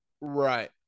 Right